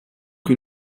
que